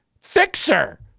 fixer